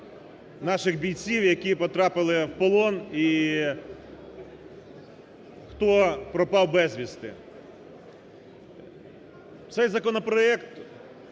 наших бійців, які потрапили в полон і хто пропав безвісти. Цей законопроект